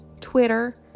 Twitter